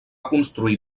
construir